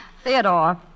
Theodore